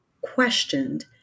questioned